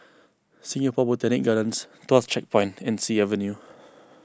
Singapore Botanic Gardens Tuas Checkpoint and Sea Avenue